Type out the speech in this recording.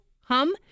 hum